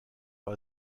par